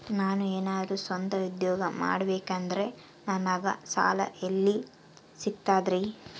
ನಾನು ಏನಾದರೂ ಸ್ವಂತ ಉದ್ಯೋಗ ಮಾಡಬೇಕಂದರೆ ನನಗ ಸಾಲ ಎಲ್ಲಿ ಸಿಗ್ತದರಿ?